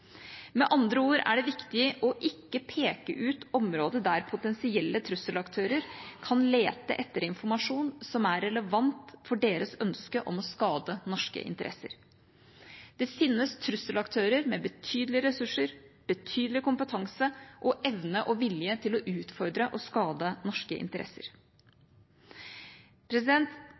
Med andre ord er det viktig ikke å peke ut området der potensielle trusselaktører kan lete etter informasjon som er relevant for deres ønske om å skade norske interesser. Det finnes trusselaktører med betydelige ressurser, betydelig kompetanse og evne og vilje til å utfordre og skade norske interesser.